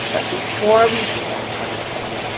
but before we do that dr. kendi,